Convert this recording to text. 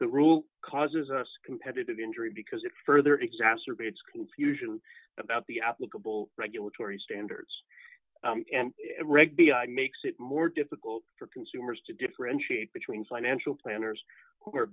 that rule causes us competitive injury because it further exacerbates confusion about the applicable regulatory standards and makes it more difficult for consumers to differentiate between financial planners